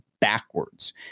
backwards